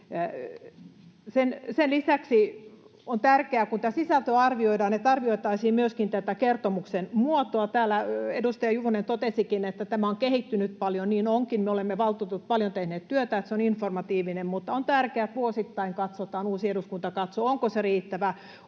Sen lisäksi on tärkeää, kun tätä sisältöä arvioidaan, että arvioitaisiin myöskin tätä kertomuksen muotoa. Täällä edustaja Juvonen totesikin, että tämä on kehittynyt paljon. Niin onkin, me valtuutetut olemme paljon tehneet työtä, että se on informatiivinen, mutta on tärkeää, että vuosittain katsotaan, uusi eduskunta katsoo, onko se riittävä,